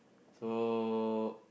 so